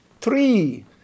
Three